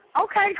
Okay